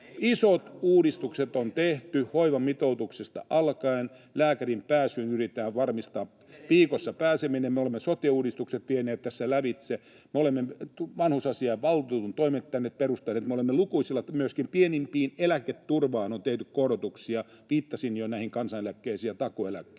Isot uudistukset on tehty hoivamitoituksesta alkaen, lääkäriin pääsy viikossa yritetään varmistaa, me olemme sote-uudistuksen vieneet tässä lävitse, me olemme vanhusasiainvaltuutetun toimen tänne perustaneet. Me olemme lukuisilla... Myöskin pienimpään eläketurvaan on tehty korotuksia — viittasin jo kansaneläkkeisiin ja takuueläkkeisiin.